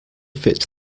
fit